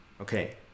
Okay